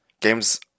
games